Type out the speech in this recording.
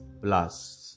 blasts